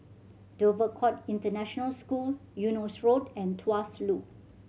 Dover Court International School Eunos Road and Tuas Loop